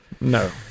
no